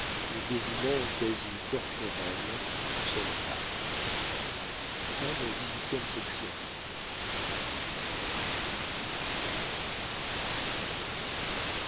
le dévouement quasi corporel du soldat